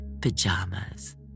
pajamas